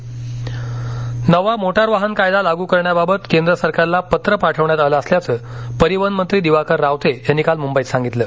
रावते नवा मोटार वाहन कायदा लाग करण्याबाबत केंद्र सरकारला पत्र पाठवण्यात आलं असल्याचं परिवहन मंत्री दिवाकर रावते यांनी काल मुंबईत सांगितलं